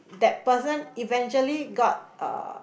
that person eventually got uh